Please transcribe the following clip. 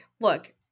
look